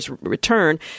return